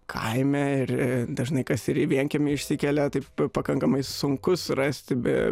kaime ir dažnai kas ir į vienkiemį išsikelia taip pakankamai sunku surasti be